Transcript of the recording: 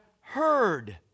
heard